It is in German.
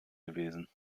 gewesen